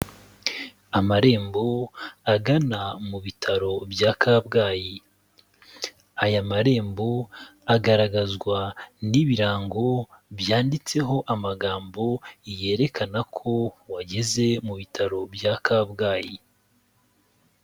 Amarembo agana mu bitaro bya Kabgayi, aya marembo agaragazwa n'ibirango byanditseho amagambo yerekana ko wageze mu bitaro bya Kabgayi.